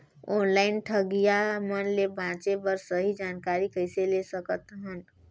Online ठगईया मन ले बांचें बर सही जानकारी कइसे ले सकत हन?